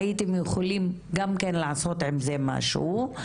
הייתם יכולים גם כן לעשות עם זה משהו.